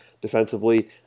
defensively